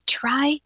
try